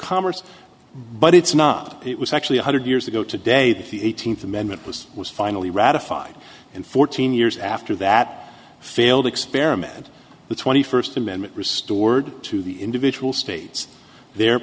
commerce but it's not it was actually one hundred years ago today that the eighteenth amendment was was finally ratified and fourteen years after that failed experiment the twenty first amendment restored to the individual states the